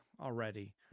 Already